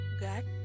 God